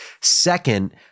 Second